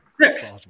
Six